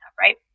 right